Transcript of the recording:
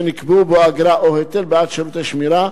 שנקבעו בו אגרה או היטל בעד שירותי שמירה,